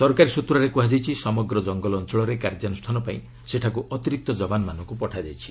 ସରକାରୀ ସ୍ଟତ୍ରରେ କୁହାଯାଇଛି ସମଗ୍ର ଜଙ୍ଗଲ ଅଞ୍ଚଳରେ କାର୍ଯ୍ୟାନ୍ଷାନ ପାଇଁ ସେଠାକୁ ଅତିରିକ୍ତ ଯବାନମାନଙ୍କୁ ପଠାଯାଇଛି